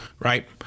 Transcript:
Right